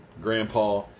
grandpa